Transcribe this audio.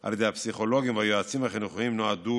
על ידי הפסיכולוגים והיועצים החינוכיים נועדו